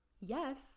yes